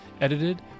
edited